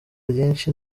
ryinshi